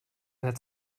herr